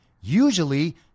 usually